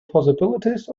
possibilities